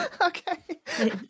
okay